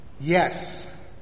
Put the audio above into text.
Yes